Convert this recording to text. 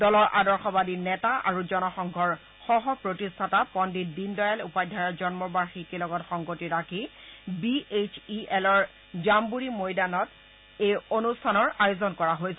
দলৰ আদৰ্শবাদী নেতা আৰু জনসংঘৰ সহ প্ৰতিষ্ঠাতা পণ্ডিত দীনদয়াল উপাধ্যায়ৰ জন্ম বাৰ্ষিকীৰ লগত সংগতি ৰাখি বি এইচ ই এলৰ জামবুৰী মৈদামত এই অনুষ্ঠানৰ আয়োজন কৰা হৈছে